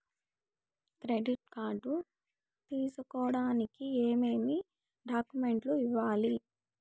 credit card తీసుకోడానికి ఏమేమి డాక్యుమెంట్లు ఇవ్వాలి